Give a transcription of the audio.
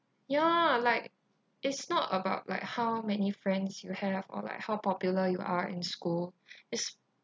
ya like it's not about like how many friends you have or like how popular you are in school is